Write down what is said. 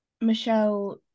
Michelle